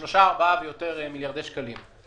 של שלושה, ארבעה ויותר מיליארדי שקלים.